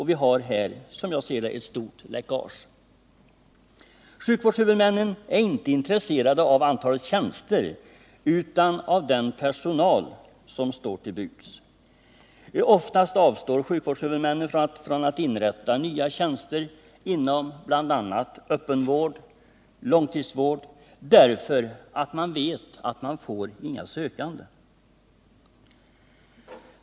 Vi har här ett stort läckage. Sjukvårdshuvudmännen är inte intresserade av antalet tjänster utan av den personal som står till buds. Oftast avstår sjukvårdshuvudmännen från att inrätta nya tjänster inom bl.a. öppenvård och långtidsvård därför att man vet att man inte får några sökande.